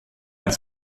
its